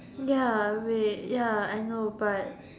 ya wait ya I know but